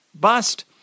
bust